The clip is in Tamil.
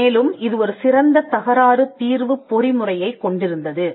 மேலும் இது ஒரு சிறந்த தகராறு தீர்வு பொறிமுறையைக் கொண்டிருந்தது